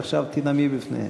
ועכשיו תנאמי בפניהם.